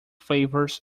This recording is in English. flavors